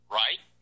right